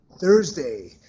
Thursday